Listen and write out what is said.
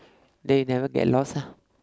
they never get lost lah